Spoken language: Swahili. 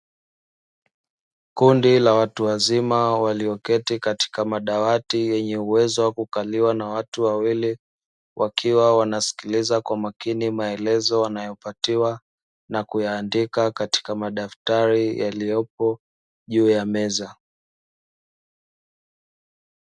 Kundi la watu wazima, walioketi katika madawati yenye uwezo wa kukaliwa na watu wawili, wakiwa wanasikiliza kwa makini maelezo wanayopatiwa na kuyaandika katika madaftari yaliyopo juu ya meza.